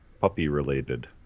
puppy-related